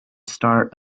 start